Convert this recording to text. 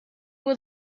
was